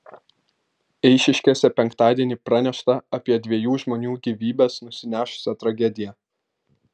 eišiškėse penktadienį pranešta apie dviejų žmonių gyvybes nusinešusią tragediją